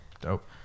Dope